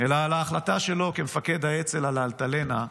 אלא על ההחלטה שלו כמפקד האצ"ל על "אלטלנה"